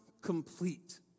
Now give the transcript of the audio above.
complete